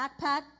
backpack